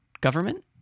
government